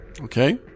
Okay